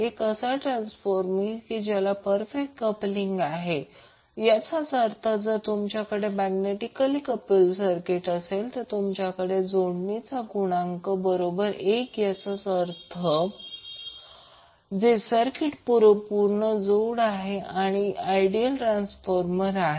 एक असा ट्रान्सफॉर्मर की ज्याला परफेक्ट कपल आहे याचाच अर्थ जर तुमच्याकडे मॅग्नेटिकली कपल सर्किट असेल आणि तुमच्याकडे जोडणीचा गुणांक बरोबर 1 याचाच अर्थ जे सर्किट परिपूर्ण जोड आहे ते आयडियल ट्रान्सफॉर्मर आहे